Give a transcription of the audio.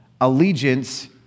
allegiance